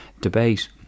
debate